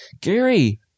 Gary